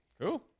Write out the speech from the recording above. Cool